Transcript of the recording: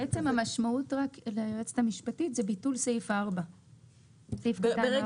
בעצם המשמעות רק ליועצת המשפטית זה ביטול סעיף 4. ברגע